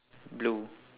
blue